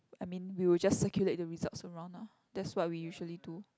I mean we will just circulate the results around lah that's what we usually do